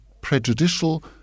prejudicial